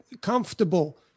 comfortable